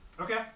Okay